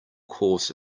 course